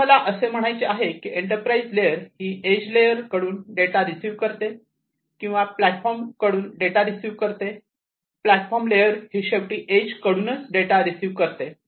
तर मला असे म्हणायचे आहे की एंटरप्राइज लेअर ही एज लेअर कडून डेटा रिसिव्ह करते किंवा प्लॅटफॉर्म कडून डेटा रिसिव्ह करते प्लॅटफॉर्म लेअर ही शेवटी एज कडूनच डेटा रिसीव करते